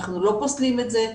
אנחנו לא פוסלים את זה,